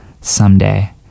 someday